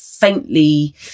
Faintly